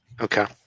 Okay